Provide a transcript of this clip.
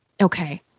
Okay